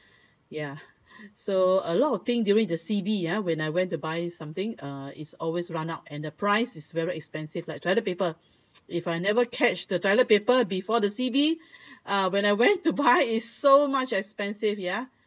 ya so a lot of thing during the C_B ah when I went to buy something uh it's always run out and the price is very expensive like toilet paper if I never catch the toilet paper before the C_B uh when I went to buy it's so much expensive ya